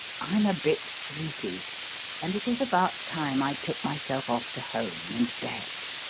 i'm a bit sleepy and it is about time i took myself off to home and bed.